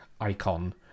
icon